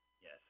Yes